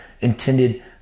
intended